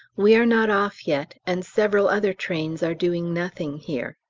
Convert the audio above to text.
we are not off yet, and several other trains are doing nothing here.